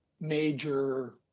major